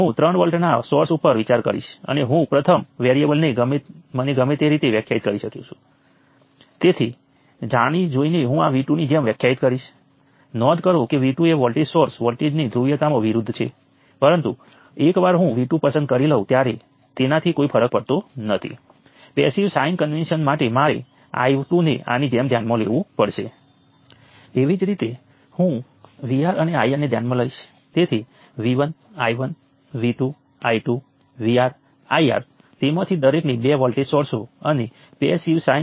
હવે ચાલો KCL equations લખીએ જો આપણે તે કરીશું કે આપણે શું લખીશું કે આ કિસ્સામાં આ નોડને છોડતા કુલ કરંટ છે KCL ઈકવેશન મુજબ અહીં કેટલાક કરંટોએ આ નોડ છોડવા જોઈએ